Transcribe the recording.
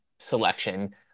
selection